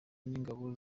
n’ingabo